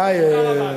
די.